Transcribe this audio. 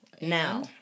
now